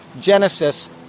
Genesis